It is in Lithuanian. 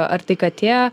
ar tai katė